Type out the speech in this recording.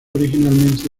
originalmente